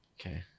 Okay